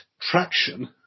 traction